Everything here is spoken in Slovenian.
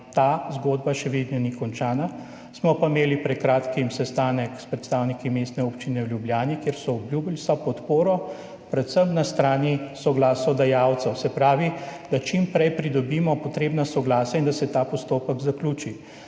Ta zgodba še vedno ni končana. Smo pa imeli pred kratkim sestanek s predstavniki mestne občine v Ljubljani, kjer so obljubili vso podporo, predvsem na strani soglasodajalcev, se pravi, da čim prej pridobimo potrebna soglasja in da se ta postopek zaključi.